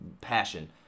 passion